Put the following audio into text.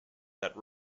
that